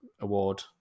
award